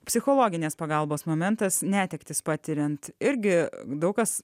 psichologinės pagalbos momentas netektis patiriant irgi daug kas